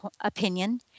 opinion